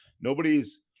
Nobody's